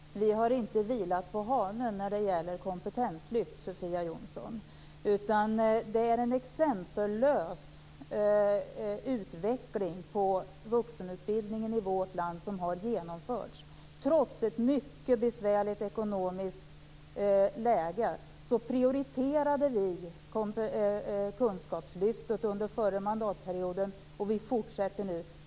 Fru talman! Vi har inte vilat på hanen när det gäller kompetenslyft, Sofia Jonsson. Det är en exempellös utveckling av vuxenutbildningen som har genomförts i vårt land. Trots ett mycket besvärligt ekonomiskt läge prioriterade vi kunskapslyftet under förra mandatperioden och vi fortsätter nu.